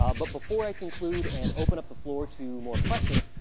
um but before i conclude and open up the floor to more questions,